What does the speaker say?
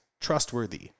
trustworthy